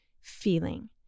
feeling